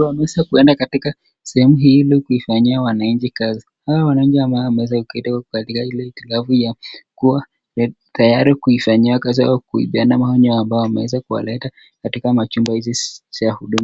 wameweza kuenda katika sehemu hii ili kufanyia wananchi kazi. Hawa wananchi wamekalia viti tayari kufanyiwa kazi au kupeana maona yaliyowaleta huduma.